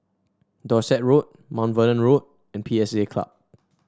Dorset Road Mount Vernon Road and P S A Club